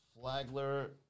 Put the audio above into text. Flagler